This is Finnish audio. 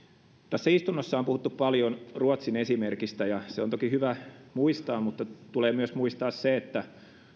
tässä istunnossa on puhuttu paljon ruotsin esimerkistä ja se on toki hyvä muistaa mutta tulee muistaa myös se että